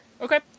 Okay